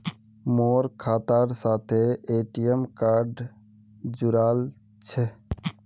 मोर खातार साथे ए.टी.एम कार्ड जुड़ाल छह